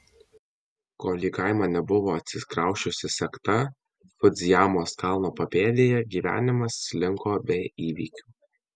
kol į kaimą nebuvo atsikrausčiusi sekta fudzijamos kalno papėdėje gyvenimas slinko be įvykių